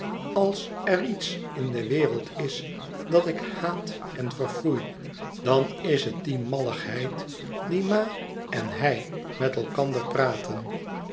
als er iets in de wereld is dat ik haat en verfoei dan is het die malligheid die ma en hij met elkander praten